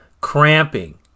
cramping